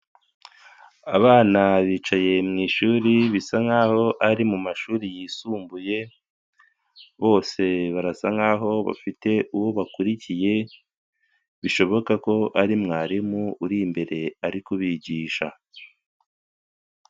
Abana bicaye mwishuri, bisa nkaho ari mu mashuri yisumbuye, bose barasa nk'aho bafite uwo bakurikiye bishoboka ko ari mwarimu uri imbere ari kubigisha.